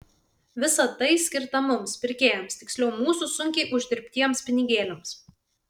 visa tai skirta mums pirkėjams tiksliau mūsų sunkiai uždirbtiems pinigėliams